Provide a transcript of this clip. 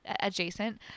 adjacent